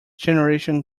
generation